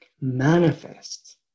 manifest